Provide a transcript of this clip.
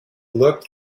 looked